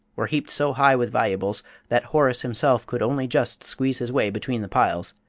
were heaped so high with valuables that horace himself could only just squeeze his way between the piles,